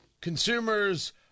consumers